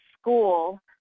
school